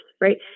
right